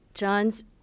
John's